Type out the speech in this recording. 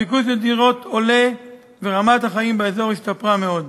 הביקוש לשדרות עולה ורמת החיים באזור השתפרה מאוד.